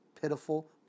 pitiful